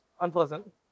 unpleasant